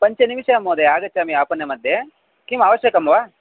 पञ्चनिमिषं महोदय आगच्छामि आपणमध्ये किम् आवश्यकं वा